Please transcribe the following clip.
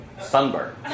sunburn